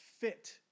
fit